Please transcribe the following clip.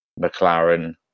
McLaren